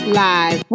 live